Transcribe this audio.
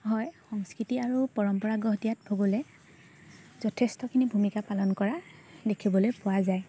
হয় সংস্কৃতি আৰু পৰম্পৰা গঢ় দিয়াত ভূগোলে যথেষ্টখিনি ভূমিকা পালন কৰা দেখিবলৈ পোৱা যায়